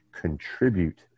contribute